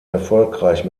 erfolgreich